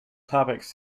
topics